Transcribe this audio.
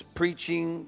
preaching